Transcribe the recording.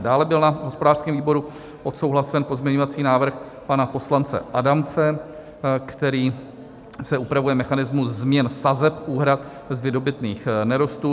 Dále byl na hospodářském výboru odsouhlasen pozměňovací návrh pana poslance Adamce, kterým se upravuje mechanismus změn sazeb úhrad z vydobytých nerostů.